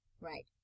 Right